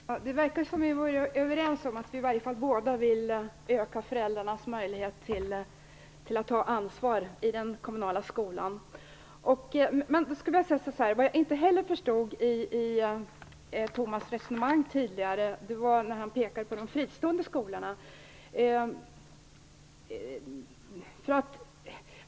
Fru talman! Det verkar som om vi är överens om att vi i varje fall båda vill öka föräldrarnas möjlighet till att ta ansvar i den kommunala skolan. Det jag heller inte förstod i Tomas Högströms tidigare resonemang var pekandet på de fristående skolorna.